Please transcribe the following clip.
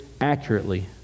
accurately